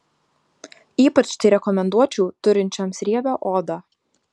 ypač tai rekomenduočiau turinčioms riebią odą